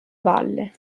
valle